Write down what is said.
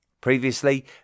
Previously